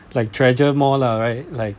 like treasure more lah right like